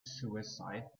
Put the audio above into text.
suicide